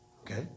Okay